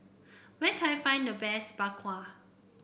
where can I find the best Bak Kwa